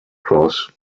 cross